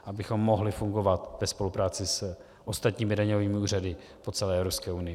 Abychom mohli fungovat ve spolupráci s ostatními daňovými úřady po celé Evropské unii.